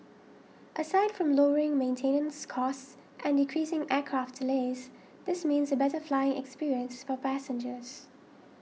aside from lowering maintenance costs and decreasing aircraft delays this means a better flying experience for passengers